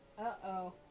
Uh-oh